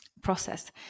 process